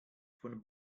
von